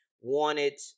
wanted